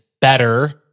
better